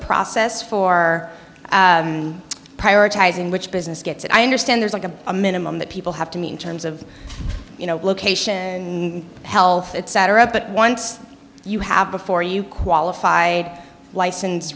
process for prioritizing which business gets it i understand there's like a minimum that people have to meet terms of you know location health etc but once you have before you qualified license